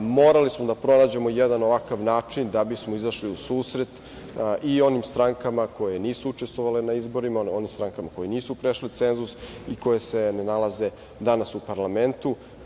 Morali smo da pronađemo jedan ovakav način da bismo izašli u susret i onim strankama koje nisu učestvovale na izborima, onim strankama koje nisu prešle cenzus i koje se ne nalaze danas u parlamentu.